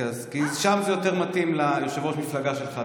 כי שם זה יותר מתאים ליושב-ראש המפלגה שלך.